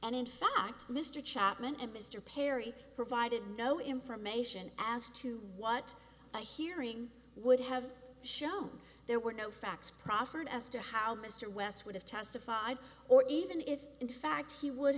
fact mr chapman and mr perry provided no information as to what a hearing would have shown there were no facts proffered as to how mr west would have testified or even if in fact he would